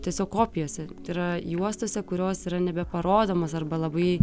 tiesiog kopijose yra juostose kurios yra nebeparodomos arba labai